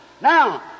Now